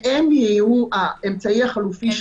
שהם יהיו האמצעי החלופי,